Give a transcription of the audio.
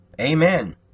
Amen